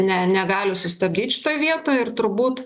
ne negali sustabdyt šitoj vietoj ir turbūt